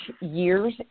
years